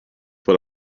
what